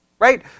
Right